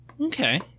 Okay